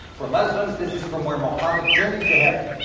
for muslims, this is from where muhammad journeyed to heaven.